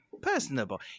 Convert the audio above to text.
personable